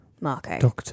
Marco